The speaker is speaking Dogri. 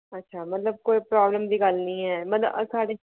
अच्छा मतलब कोई प्रॉब्लम दी गल्ल निं ऐ मतलब साढ़े